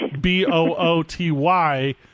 B-O-O-T-Y